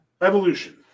Evolution